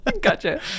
Gotcha